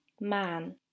man